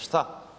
Šta?